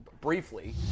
briefly